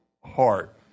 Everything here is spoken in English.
heart